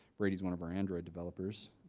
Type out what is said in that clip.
grady is one of our android developers